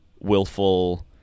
willful